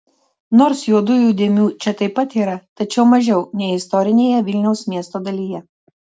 nors juodųjų dėmių čia taip pat yra tačiau mažiau nei istorinėje vilniaus miesto dalyje